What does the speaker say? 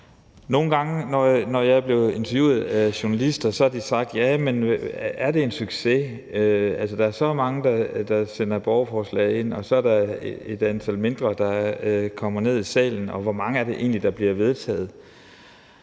Nogle gange, når jeg er blevet interviewet af journalister, har de sagt: Jamen er det en succes – der er så mange, der sender borgerforslag ind, og så er der et mindre antal, der kommer ned i salen, og hvor mange er det egentlig, der bliver vedtaget?